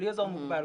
בלי אזור מוגבל,